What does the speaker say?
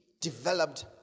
developed